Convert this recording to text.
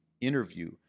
interview